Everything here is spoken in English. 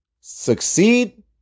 succeed